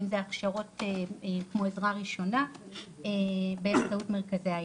אם זה הכשרות כמו עזרה ראשונה באמצעות מרכזי היום.